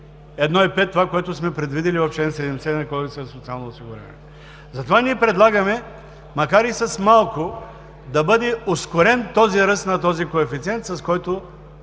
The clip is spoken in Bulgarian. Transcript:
1,5 – това, което сме предвидили в чл. 70 на Кодекса за социално осигуряване. Затова ние предлагаме, макар и с малко, да бъде ускорен ръстът на този коефициент, с който